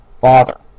Father